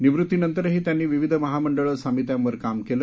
निवृत्तीनंतरही त्यांनी विविध महामंडळ समित्यांवर काम केलं